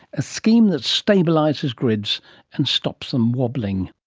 a scheme that stabilises grids and stops them wobbling